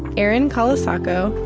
erin colasacco,